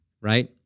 right